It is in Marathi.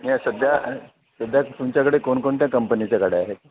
या सध्या सध्या तुमच्याकडे कोणकोणत्या कंपनीच्या गाड्या आहेत